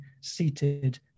seated